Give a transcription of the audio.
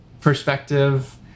perspective